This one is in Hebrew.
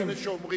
יש כאלה שאומרים.